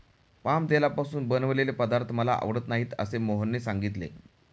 palm तेलापासून बनवलेले पदार्थ मला आवडत नाहीत असे मोहनने सांगितले